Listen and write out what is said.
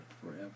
forever